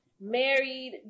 married